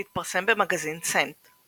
שהתפרסם במגזין סנט.